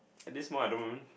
this small I don't